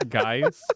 guys